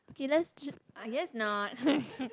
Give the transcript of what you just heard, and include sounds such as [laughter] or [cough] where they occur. okay let's j~ I guess not [noise]